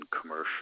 commercial